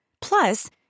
Plus